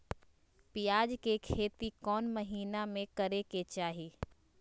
प्याज के खेती कौन महीना में करेके चाही?